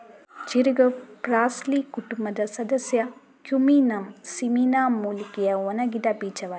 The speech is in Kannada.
ಜೀರಿಗೆಯು ಪಾರ್ಸ್ಲಿ ಕುಟುಂಬದ ಸದಸ್ಯ ಕ್ಯುಮಿನಮ್ ಸಿಮಿನ ಮೂಲಿಕೆಯ ಒಣಗಿದ ಬೀಜವಾಗಿದೆ